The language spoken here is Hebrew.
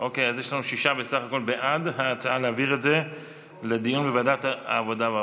יש לנו בסך הכול שישה בעד ההצעה להעביר את זה לדיון בוועדת הכלכלה.